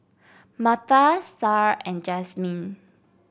Martha Starr and Jazmin